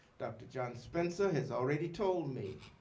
dr. john spencer has already told me